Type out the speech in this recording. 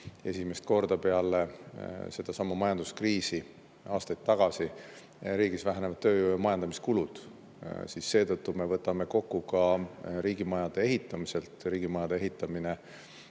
Esimest korda peale sedasama majanduskriisi aastaid tagasi riigis vähenevad tööjõu- ja majandamiskulud. Seetõttu me võtame kokku ka riigimajade ehitamiselt. Riigimajade ehitamine,